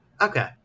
Okay